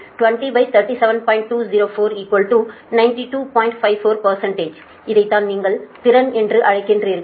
54 இதைத்தான் நீங்கள் திறன் என்று அழைக்கிறீர்கள்